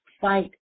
fight